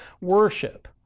worship